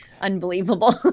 Unbelievable